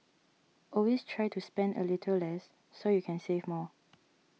always try to spend a little less so you can save more